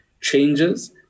changes